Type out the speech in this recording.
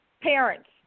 parents